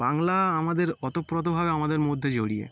বাংলা আমাদের ওতপ্রোতভাবে আমাদের মধ্যে জড়িয়ে